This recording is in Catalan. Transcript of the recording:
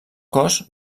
cos